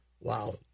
Wow